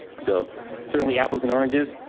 so certainly apples and oranges.